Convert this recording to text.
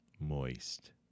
Moist